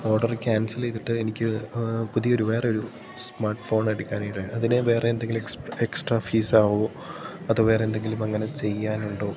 order cancel ചെയ്തിട്ട് എനിക്ക് പുതിയൊരു വേറൊരു സ്മാർട്ട് ഫോൺ എടുക്കാനായിട്ടാണ് അതിന് വേറെ എന്തെങ്കിലും എക്സ് എക്സ്ട്രാ ഫീസാകുമോ അതോ വേറേ എന്തെങ്കിലും അങ്ങനെ ചെയ്യാനുണ്ടോ